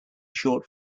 short